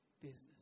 business